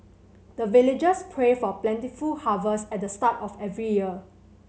the villagers pray for plentiful harvest at the start of every year